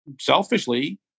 selfishly